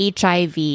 HIV